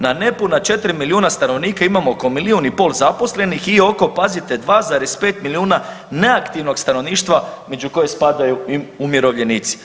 Na nepuna 4 milijuna stanovnika imamo oko milijun i pol zaposlenih i oko pazite 2,5 milijuna neaktivnog stanovništva među koje spadaju umirovljenici.